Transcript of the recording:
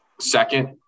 second